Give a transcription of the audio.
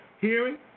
hearing